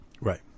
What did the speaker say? Right